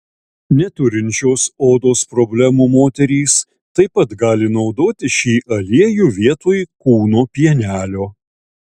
neturinčios odos problemų moterys taip pat gali naudoti šį aliejų vietoj kūno pienelio